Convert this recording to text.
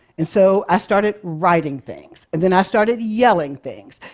and so, i started writing things. and then i started yelling things.